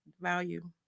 value